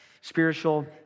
spiritual